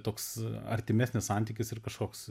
toks artimesnis santykis ir kažkoks